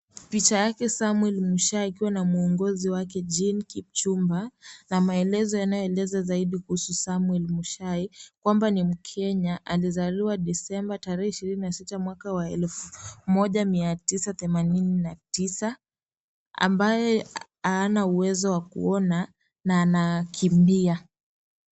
Picha yake Samuel Mushai akiwa na muongozi wake Jean Kipchumba, na maelezo yanayoeleza zaidi kuhusu Samuel Mushai, kwamba ni mkenya aliyezaliwa Desemba 26, 1989, ambaye hana uwezo wa kuona na anakimbia.